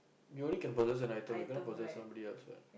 you only can possess an item you cannot possess somebody else what